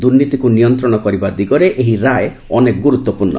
ଦୂର୍ନୀତିକୁ ନିୟନ୍ତ୍ରଣ କରିବା ଦିଗରେ ଏହି ରାୟ ଅନେକ ଗୁରୁତ୍ୱପୂର୍ଣ୍ଣ